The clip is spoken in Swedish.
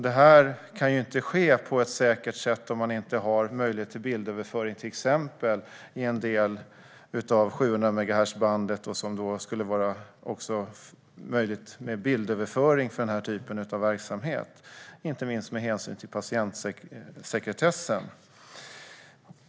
Detta kan inte ske på ett säkert sätt om man inte har möjlighet till bildöverföring - till exempel i en del av 700-megahertzbandet. Det skulle där vara möjligt med bildöverföring för den här typen av verksamhet, inte minst med hänsyn till patientsekretessen.